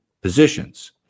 positions